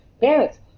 parents